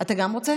גם אתה רוצה,